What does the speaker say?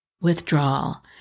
withdrawal